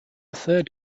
third